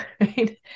right